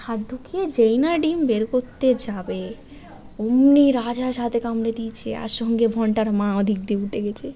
হাত ঢুকিয়ে যেই না ডিম বের করতে যাবে ওমনি রাজহাঁস হাতে কামড়ে দিয়েছে আর সঙ্গে ভন্টার মা ওদিক দিয়ে উঠে গিয়েছে